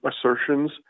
assertions